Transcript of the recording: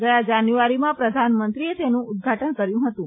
ગયા જાન્યુઆરીમાં પ્રધાનમંત્રીએ તેનું ઉદ્ઘાટન કર્યું હતું